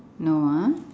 no ah